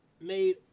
made